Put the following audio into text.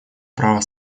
права